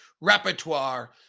repertoire